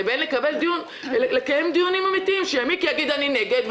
לבין לקיים דיונים אמתיים שיגידו אני נגד,